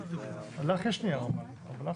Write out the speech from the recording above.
לך יש נייר אבל?